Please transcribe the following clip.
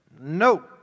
no